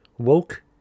Woke